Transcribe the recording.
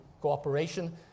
cooperation